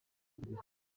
kurira